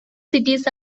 cities